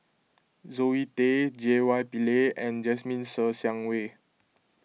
Zoe Tay J Y Pillay and Jasmine Ser Xiang Wei